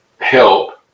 help